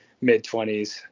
mid-20s